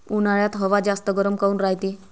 उन्हाळ्यात हवा जास्त गरम काऊन रायते?